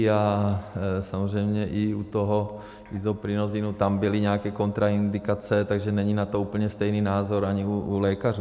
A samozřejmě i u toho Isoprinosinu byly nějaké kontraindikace, takže není na to úplně stejný názor ani u lékařů.